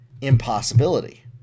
impossibility